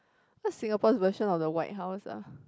what's Singapore's version of the White House ah